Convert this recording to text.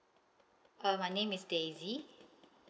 uh my name is daisy